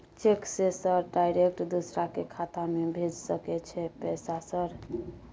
Cheque से sir direct दूसरा के खाता में भेज सके छै पैसा सर?